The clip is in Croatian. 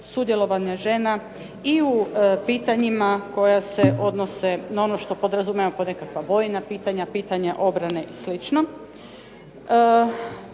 sudjelovanja žena i u pitanjima koja se odnose na ono što podrazumijeva pod nekakva vojna pitanja, pitanja obrane i